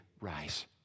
Rise